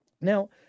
Now